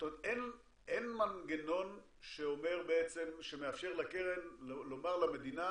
זאת אומרת אין מנגנון שמאפשר לקרן לומר למדינה